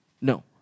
No